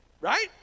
right